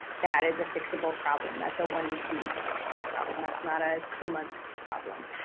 that is a fixable problem. that's a one to two week fixable problem. that's not a two month problem.